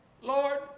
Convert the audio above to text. Lord